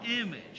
image